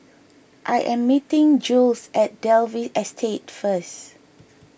I am meeting Jules at Dalvey Estate first